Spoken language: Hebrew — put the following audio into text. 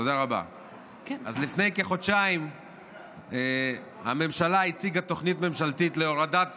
לפני כחודשיים הממשלה הציגה תוכנית ממשלתית להורדת